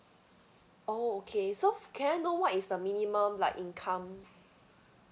oh okay so can I know what is the minimum like income